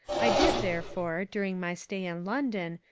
i did therefore, during my stay in london,